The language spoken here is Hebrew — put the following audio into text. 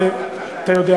ואתה יודע,